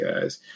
guys